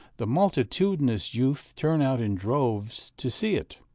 the multitudinous youth turn out in droves to see it.